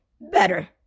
better